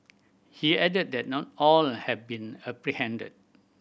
he added that not all have been apprehended